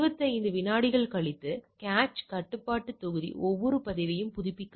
25 விநாடிகள் கழித்து கேச் கட்டுப்பாட்டு தொகுதி ஒவ்வொரு பதிவையும் புதுப்பிக்கிறது